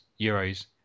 euros